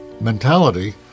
mentality